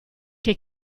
che